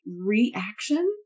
reaction